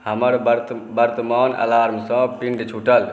हमर वर्तमान अलार्मसँ पिण्ड छूटल